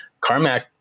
Carmack